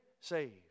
saved